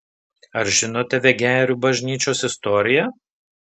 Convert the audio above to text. ar žinote vegerių bažnyčios istoriją